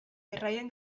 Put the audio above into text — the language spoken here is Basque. erraien